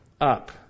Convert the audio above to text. up